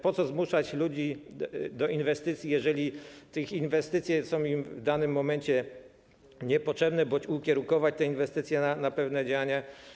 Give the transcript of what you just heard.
Po co zmuszać ludzi do inwestycji, jeżeli te inwestycje są im w danym momencie niepotrzebne bądź kierunkować te inwestycje na pewne działania?